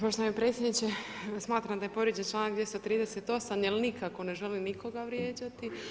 Poštovani predsjedniče, smatram da je povrijeđen čl. 238. jel nikako ne želim nikoga vrijeđati.